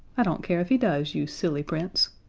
i don't care if he does, you silly prince.